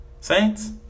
Saints